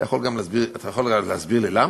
אתה יכול להסביר לי למה?